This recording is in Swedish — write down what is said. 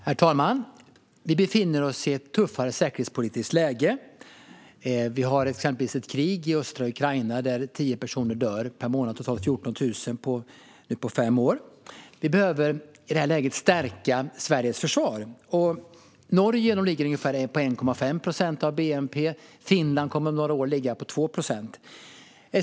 Herr talman! Vi befinner oss i ett tuffare säkerhetspolitiskt läge. Det pågår exempelvis ett krig i östra Ukraina där 10 personer dör varje månad. Totalt är det 14 000 som har dött under fem år. Vi behöver i det här läget stärka Sveriges försvar. I Norge ligger försvarsutgifterna på ungefär 1,5 procent av bnp, och i Finland kommer de om några år att ligga på 2 procent.